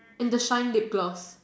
and the shine lip gloss